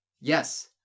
yes